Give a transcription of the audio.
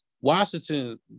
Washington